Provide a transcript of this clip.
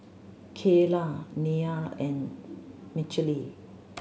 Cayla Neil and Mechelle